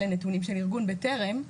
אלה נתונים של ארגון בטרם,